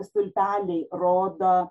stulpeliai rodo